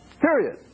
Period